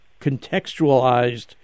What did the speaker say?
contextualized